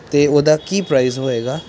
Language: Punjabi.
ਅਤੇ ਉਹਦਾ ਕੀ ਪ੍ਰਾਈਜ ਹੋਵੇਗਾ